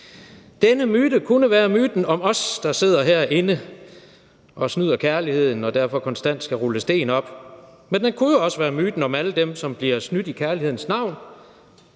Denne myte kunne være myten om os, der sidder herinde og snyder kærligheden og derfor konstant skal rulle sten op. Men den kunne også være myten om alle dem, som bliver snydt i kærlighedens navn